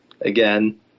again